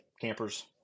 campers